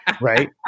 right